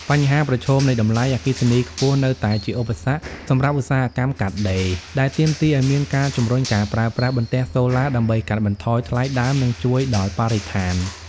បញ្ហាប្រឈមនៃតម្លៃអគ្គិសនីខ្ពស់នៅតែជាឧបសគ្គសម្រាប់ឧស្សាហកម្មកាត់ដេរ ដែលទាមទារឱ្យមានការជំរុញការប្រើប្រាស់បន្ទះសូឡាដើម្បីកាត់បន្ថយថ្លៃដើម និងជួយដល់បរិស្ថាន។